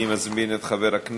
אני מזמין את חבר הכנסת